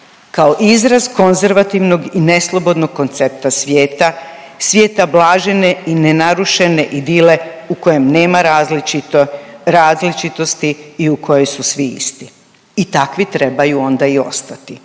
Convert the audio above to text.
kao izraz konzervativnog i neslobodnog koncepta svijeta, svijeta blažene i nenarušene idile u kojem nema različito, različitosti i u kojoj su svi isti i takvi trebaju onda i ostati,